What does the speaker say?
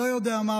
לא יודע מה,